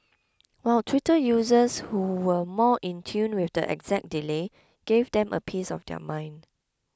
while Twitter users who were more in tune with the exact delay gave them a piece of their mind